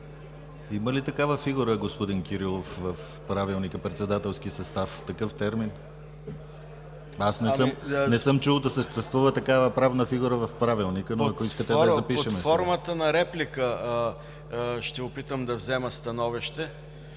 Има ли такава фигура, господин Кирилов, в Правилника – председателски състав? Такъв термин? Аз не съм чул да съществува такава правна фигура в Правилника, но ако искате, да я запишем сега.